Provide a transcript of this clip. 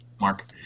Mark